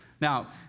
Now